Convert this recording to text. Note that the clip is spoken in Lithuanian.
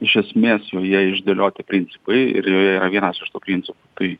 iš esmės joje išdėlioti principai ir joje yra vienas iš tų principų tai